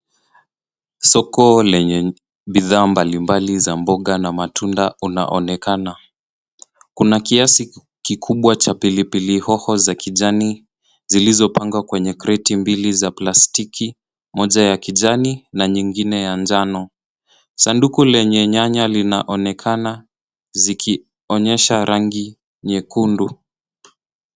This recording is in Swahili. Soko lenye bidhaa mbalimbali za mboga na matunda unaonekana. Kuna kiasi kikubwa cha pilipilihoho za kijani zilizopangwa kwenye kreti mbili za plastiki, moja ya kijani, na nyingine ya njano. Sanduku lenye nyanya linaonekana zikionyesha rangi nyekundu.